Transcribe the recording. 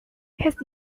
his